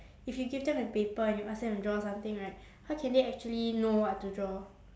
if you give them a paper and you ask them to draw something right how can they actually know what to draw